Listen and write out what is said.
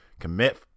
commit